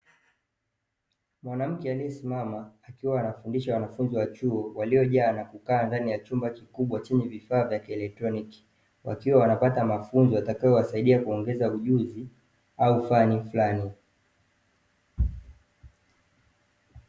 Mwanamke aliyesimama akiwa anawafundisha wanafunzi wa chuo, waliojaa na kukaa ndani ya chumba kikubwa chenye vifaa vya elekitroniki, wakiwa wanapata mafunzo ya yatakayo wasaidia kuongeza ujuzi au fani fulani.